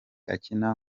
akina